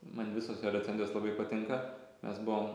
man visos jo recenzijos labai patinka mes buvom